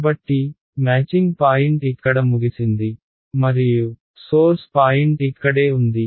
కాబట్టి matching point ఇక్కడ ముగిసింది మరియు సోర్స్ పాయింట్ ఇక్కడే ఉంది